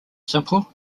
simple